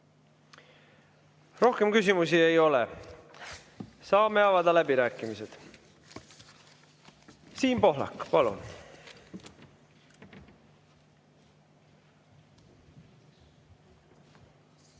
Rohkem küsimusi ei ole. Saame avada läbirääkimised. Siim Pohlak, palun!